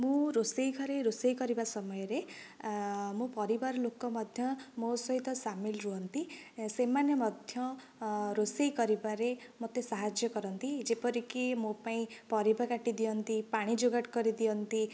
ମୁଁ ରୋଷେଇ ଘରେ ରୋଷେଇ କରିବା ସମୟରେ ମୋ ପରିବାର ଲୋକ ମଧ୍ୟ ମୋ' ସହିତ ସାମିଲ୍ ରୁହନ୍ତି ସେମାନେ ମଧ୍ୟ ରୋଷେଇ କରିବାରେ ମୋତେ ସାହାଯ୍ୟ କରନ୍ତି ଯେପରିକି ମୋ ପାଇଁ ପରିବା କାଟି ଦିଅନ୍ତି ପାଣି ଯୋଗାଡ଼ କରିଦିଅନ୍ତି